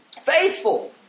Faithful